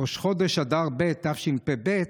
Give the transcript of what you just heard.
ראש חודש אדר ב' התשפ"ב,